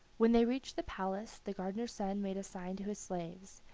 when they reached the palace the gardener's son made a sign to his slaves,